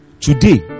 today